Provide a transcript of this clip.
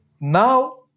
now